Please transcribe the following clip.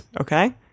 Okay